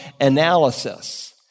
analysis